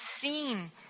seen